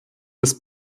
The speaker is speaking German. des